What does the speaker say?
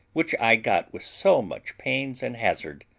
which i got with so much pains and hazard,